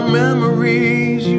memories